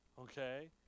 Okay